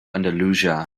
andalusia